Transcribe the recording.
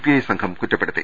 I സംഘം കുറ്റ പ്പെടുത്തി